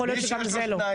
הלאה.